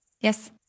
Yes